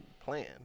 plan